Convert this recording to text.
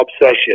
Obsession